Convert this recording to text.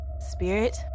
Spirit